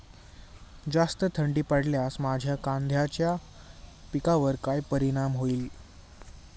जास्त थंडी पडल्यास माझ्या कांद्याच्या पिकावर काय परिणाम होईल?